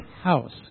house